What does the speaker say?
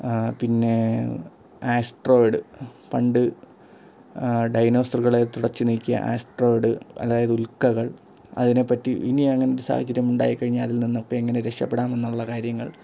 പിന്നെ ആസ്ട്രോയിഡ് പണ്ട് ഡൈനോസറുകളെ തുടച്ചു നീക്കിയ ആസ്ട്രോയിഡ് അതായത് ഉൽക്കകൾ അതിനെപ്പറ്റി ഇനി അങ്ങനൊരു സാഹചര്യം ഉണ്ടായിക്കഴിഞ്ഞാൽ അതിൽ നിന്ന് ഇപ്പെങ്ങനെ രക്ഷപ്പെടാമെന്നുള്ള കാര്യങ്ങൾ